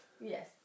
Yes